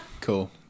Cool